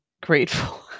Grateful